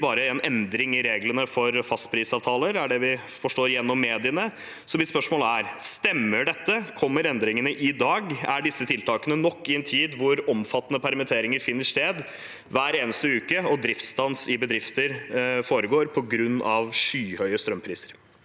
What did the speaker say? bare en endring i reglene for fastprisavtaler, det er det vi forstår gjennom mediene. Mitt spørsmål er: Stemmer dette? Kommer endringene i dag? Er disse tiltakene nok i en tid hvor omfattende permitteringer finner sted hver eneste uke, og hvor det er driftsstans i bedrifter på grunn av skyhøye strømpriser?